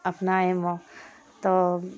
अपना एहिमे तऽ